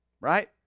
right